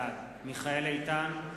בעד מיכאל איתן,